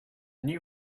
new